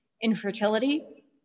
infertility